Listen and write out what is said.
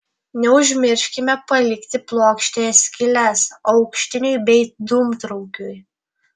neužmirškime palikti plokštėje skyles aukštiniui bei dūmtraukiui